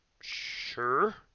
sure